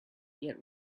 yet